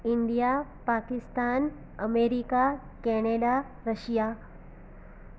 India Pakistan America Canada Russia